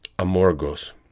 Amorgos